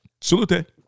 Salute